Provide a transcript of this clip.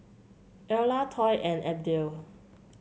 Erla Toy and Abdiel